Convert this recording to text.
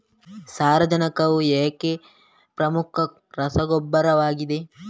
ಸಾರಜನಕವು ಏಕೆ ಪ್ರಮುಖ ರಸಗೊಬ್ಬರವಾಗಿದೆ?